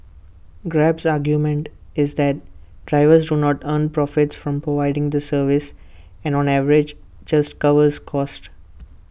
grab's argument is that drivers do not earn profits from providing the service and on average just covers costs